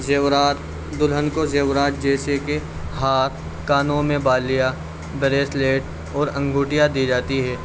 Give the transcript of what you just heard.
زیورات دلہن کو زیورات جیسے کہ ہار کانوں میں بالیاں بریسلیٹ اور انگوٹھیاں دی جاتی ہے